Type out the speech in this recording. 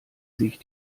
sich